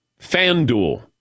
FanDuel